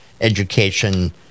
education